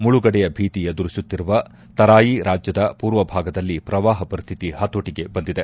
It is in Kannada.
ಮುಳುಗಡೆಯ ಭೀತಿ ಎದುರಿಸುತ್ತಿರುವ ತರಾಯಿ ರಾಜ್ಯದ ಪೂರ್ವಭಾಗದಲ್ಲಿ ಪ್ರವಾಹ ಪರಿಸ್ತಿತಿ ಹತೋಟಿಗೆ ಬಂದಿದೆ